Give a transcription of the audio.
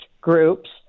groups